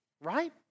right